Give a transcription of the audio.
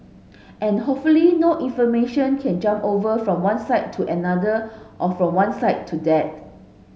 and hopefully no information can jump over from one side to another or from one side to that